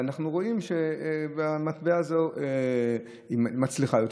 ואנחנו רואים שהמטבע הזו מצליחה יותר.